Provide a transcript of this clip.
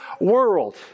world